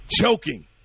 choking